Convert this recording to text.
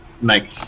make